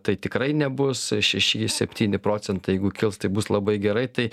tai tikrai nebus šeši septyni procentai jeigu kils tai bus labai gerai tai